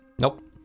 Nope